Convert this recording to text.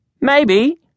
Maybe